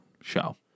show